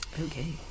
Okay